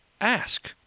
ask